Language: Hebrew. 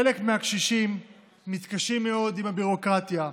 חלק מהקשישים מתקשים מאוד עם הביורוקרטיה,